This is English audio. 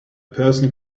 person